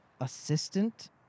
assistant